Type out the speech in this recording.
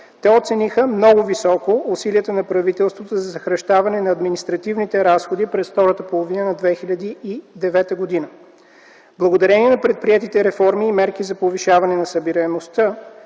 Те оцениха много високо усилията на правителството за съкращаване на административните разходи през втората половина на 2009 г. Благодарение на предприетите реформи и мерки за повишаване на събираемостта